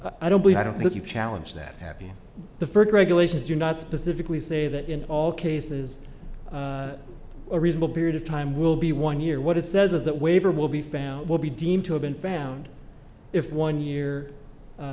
i don't believe i don't think you challenge that happy the first regulations do not specifically say that in all cases a reasonable period of time will be one year what it says is that waiver will be found will be deemed to have been found if one year